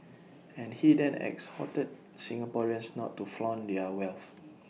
and he then exhorted Singaporeans not to flaunt their wealth